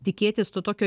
tikėtis to tokio